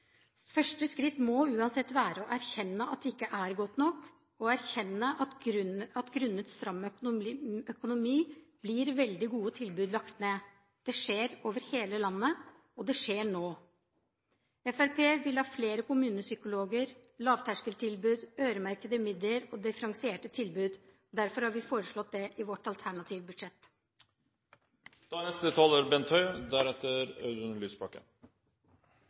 Første skritt må uansett være å erkjenne at det ikke er godt nok, og erkjenne at grunnet stram økonomi blir veldig gode tilbud lagt ned. Det skjer over hele landet, og det skjer nå. Fremskrittspartiet vil ha flere kommunepsykologer, lavterskeltilbud, øremerkede midler og differensierte tilbud. Derfor har vi foreslått det i vårt alternative budsjett. Jeg oppfatter at det fortsatt er